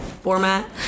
format